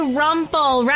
rumple